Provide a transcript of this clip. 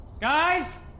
Guys